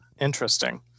Interesting